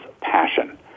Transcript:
passion